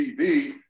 TV